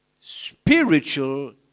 Spiritual